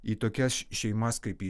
į tokias šeimas kaip į